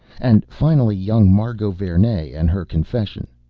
and, finally, young margot vernee, and her confession.